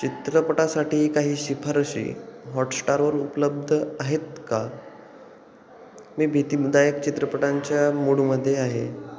चित्रपटासाठी काही शिफारशी हॉटस्टारवर उपलब्ध आहेत का मी भीतीदायक चित्रपटांच्या मूडमध्ये आहे